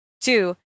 Two